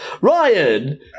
Ryan